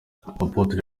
apotre